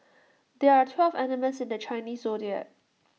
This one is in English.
there are twelve animals in the Chinese Zodiac